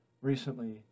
recently